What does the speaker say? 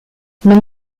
non